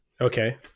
Okay